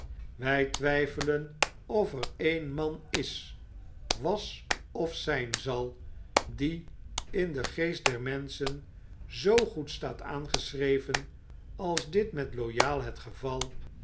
wy twyfelen of ereen man is was of zyn zal die in den geest der menschen zoo goed staat aangeschreven als dit met loyal het gevai